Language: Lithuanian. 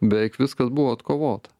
beveik viskas buvo atkovota